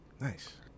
Nice